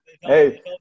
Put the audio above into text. Hey